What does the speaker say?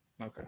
Okay